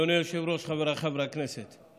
אדוני היושב-ראש, חבריי חברי הכנסת,